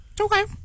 Okay